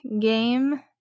game